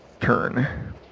turn